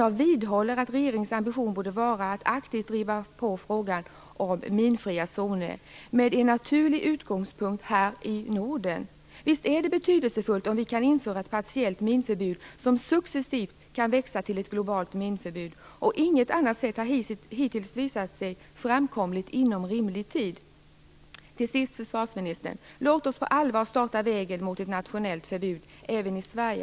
Jag vidhåller att regeringens ambition borde vara att aktivt driva på frågan om minfria zoner, med en naturlig utgångspunkt här i Norden. Visst är det betydelsefullt om vi kan införa ett partiellt minförbud, som successivt kan växa till ett globalt minförbud, och inget annat sätt har hittills visat sig framkomligt inom rimlig tid. Till sist, försvarsministern! Låt oss på allvar starta arbetet för ett nationellt förbud även i Sverige.